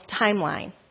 timeline